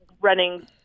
running